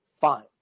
fine